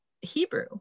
Hebrew